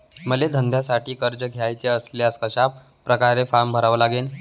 मले धंद्यासाठी कर्ज घ्याचे असल्यास कशा परकारे फारम भरा लागन?